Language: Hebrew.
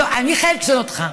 אני חייבת לשאול אותך,